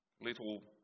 little